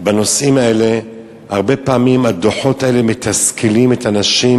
בנושאים האלה הרבה פעמים הדוחות האלה מתסכלים את הנשים